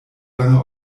lange